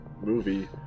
movie